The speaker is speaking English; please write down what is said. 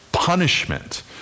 punishment